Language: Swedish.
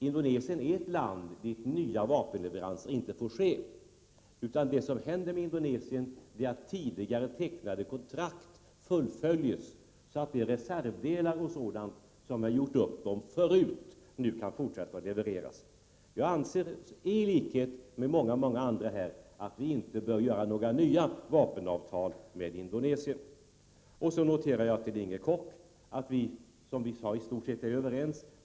Indonesien är ett land dit nya vapenleveranser inte får ske. Det som händer med Indonesien är att tidigare tecknade kontrakt fullföljs, så att de reservdelar som man gjort upp om förut nu kan levereras. Jag anser i likhet med många andra här att vi inte bör teckna några nya vapenavtal med Indonesien. Jag noterar att vi i stort sett är överens, Inger Koch.